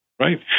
Right